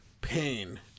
pain